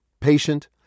patient